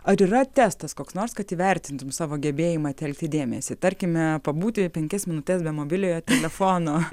ar yra testas koks nors kad įvertintum savo gebėjimą telkti dėmesį tarkime pabūti penkias minutes be mobiliojo telefono